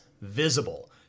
visible